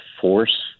force